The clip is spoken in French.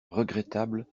regrettables